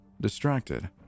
distracted